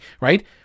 Right